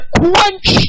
quench